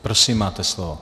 Prosím, máte slovo.